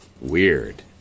Weird